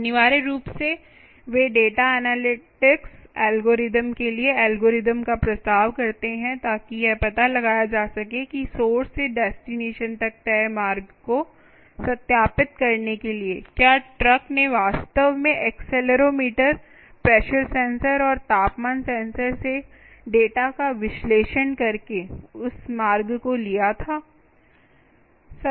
अनिवार्य रूप से वे डेटा एनालिटिक्स एल्गोरिदम के लिए एल्गोरिदम का प्रस्ताव करते हैं ताकि यह पता लगाया जा सके कि सोर्स से डेस्टिनेशन तक तय मार्ग को सत्यापित करने के लिए क्या ट्रक ने वास्तव में एक्सेलेरोमीटर प्रेशर सेंसर और तापमान सेंसर से डेटा का विश्लेषण करके उस मार्ग को लिया था